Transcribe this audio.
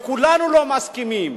וכולנו לא מסכימים.